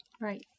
Right